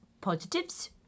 positives